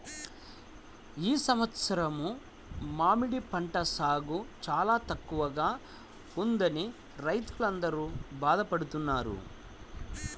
ఈ సంవత్సరం మామిడి పంట సాగు చాలా తక్కువగా ఉన్నదని రైతులందరూ బాధ పడుతున్నారు